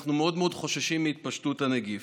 אנחנו מאוד מאוד חוששים מהתפשטות הנגיף.